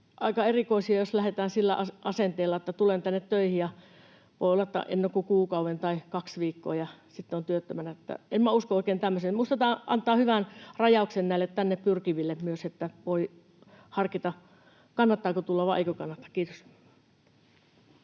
aika erikoisia, jos lähdetään sillä asenteella, että tulen tänne töihin ja voi olla, että en ole kuin kuukauden tai kaksi viikkoa ja sitten olen työttömänä. En minä usko oikein tämmöiseen. Minusta tämä antaa hyvän rajauksen myös tänne pyrkiville, että voi harkita, kannattaako tulla vai eikö kannata. — Kiitos.